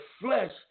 flesh